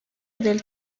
del